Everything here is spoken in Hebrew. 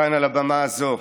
כאן, על הבמה הזו,